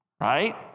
Right